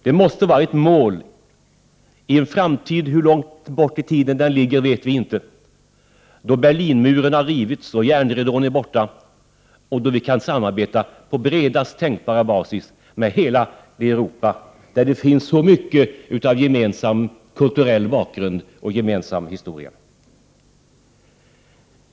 Det måste vara ett mål att i en framtid — hur långt bort i tiden den ligger vet vi inte — då Berlinmuren har rivits och järnridån är borta, samarbeta på bredast möjliga basis med hela Europa, där det finns så mycket av gemensam kulturell bakgrund och gemensam historia.